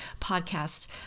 podcast